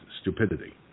stupidity